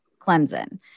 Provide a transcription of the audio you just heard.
Clemson